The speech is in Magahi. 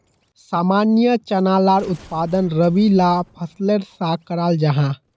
सामान्य चना लार उत्पादन रबी ला फसलेर सा कराल जाहा